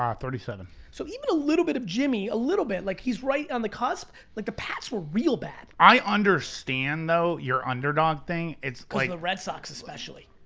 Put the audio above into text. um thirty seven. so even a little bit of jimmy, a little bit, like he's right on the cusp, like the pats were real bad. i understand though, your underdog thing, it's cause kind of the red sox especially.